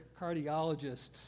cardiologists